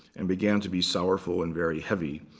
and began to be sorrowful and very heavy,